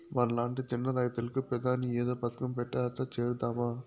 మనలాంటి చిన్న రైతులకు పెదాని ఏదో పథకం పెట్టారట చేరదామా